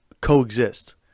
coexist